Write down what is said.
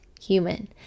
Human